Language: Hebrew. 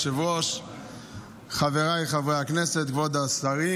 נציגו של יושב-ראש ועדת הכספים.